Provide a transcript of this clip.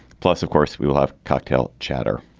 plus, of course, we will have cocktail chatter.